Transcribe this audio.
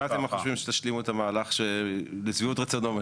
מתי אתם חושבים שתשלימו את המהלך לשביעות רצונו?